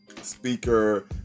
Speaker